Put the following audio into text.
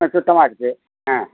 ஆ சுத்தமாக இருக்குது ஆ